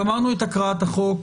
גמרנו את הקראת הצעת החוק,